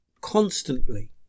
constantly